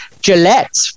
Gillette